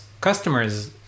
customers